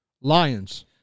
Lions